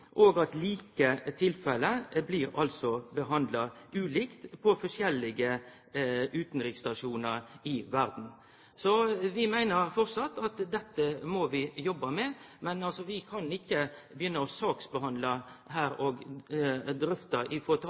slik at like tilfelle blir behandla ulikt på forskjellige utanriksstasjonar i verda. Så vi meiner framleis at dette må vi jobbe med, men vi kan ikkje begynne å saksbehandle og drøfte